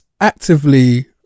actively